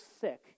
sick